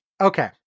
Okay